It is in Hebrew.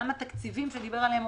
גם התקציבים שאופיר דיבר עליהם,